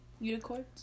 Unicorns